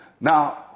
Now